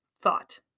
thought